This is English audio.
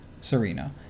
Serena